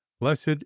blessed